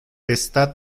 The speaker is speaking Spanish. está